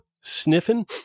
sniffing